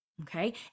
Okay